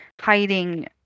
hiding